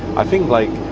i think, like,